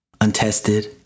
untested